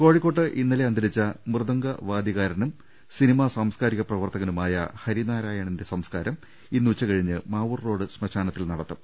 കോഴിക്കോട്ട് ഇന്നലെ അന്തരിച്ച മൃദംഗ വാദ്യകാ രനും സിനിമാ സാംസ്കാരിക പ്രവർത്തകനുമായ ഹരി നാരായണന്റെ സംസ്കാരം ഇന്ന് ഉച്ച കഴിഞ്ഞ് മാവൂർ റോഡ് ശ്മശാനത്തിൽ നടത്തും